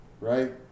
right